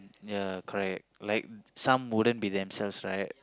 ya correct like some wouldn't be themselves right